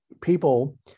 people